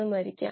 ഇത് അറിയാം